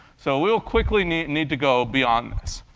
so we'll quickly need need to go beyond this.